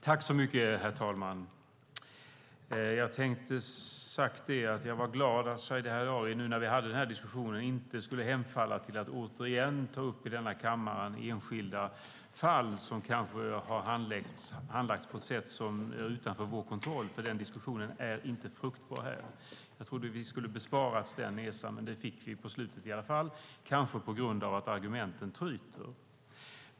Herr talman! Jag tänkte säga att jag var glad att Shadiye Heydari inte hade hemfallit till att återigen i denna kammare ta upp enskilda fall som kanske har handlagts på ett sätt som är utanför vår kontroll eftersom den diskussionen inte är fruktbar här. Jag trodde att vi skulle besparas den nesan, men vi fick den på slutet i alla fall, kanske på grund av att argumenten tryter.